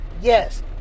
yes